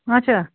اَچھا